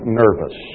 nervous